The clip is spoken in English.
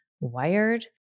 wired